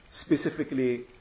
Specifically